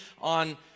on